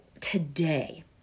today